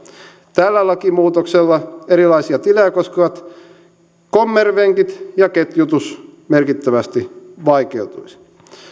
tällä lakimuutoksella erilaisia tilejä koskevat kommervenkit ja ketjutus merkittävästi vaikeutuisivat